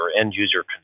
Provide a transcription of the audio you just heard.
end-user